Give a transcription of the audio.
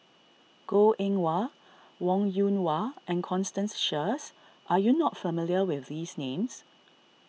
Goh Eng Wah Wong Yoon Wah and Constance Sheares are you not familiar with these names